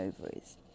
ovaries